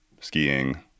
skiing